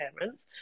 parents